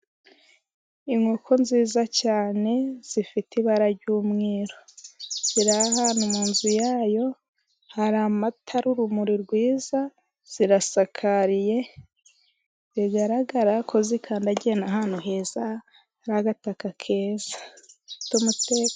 Inkoko nziza cyane zifite ibara ry'umweru ziri ahantu mu nzu yayo hari amatara, urumuri rwiza zirasakariye zigaragara ko zikandagiye n'ahantu heza hari agataka keza.